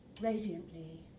radiantly